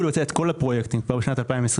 לבצע את כל הפרויקטים כבר בשנת 2021,